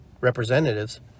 representatives